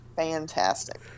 fantastic